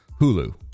hulu